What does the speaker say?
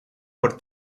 por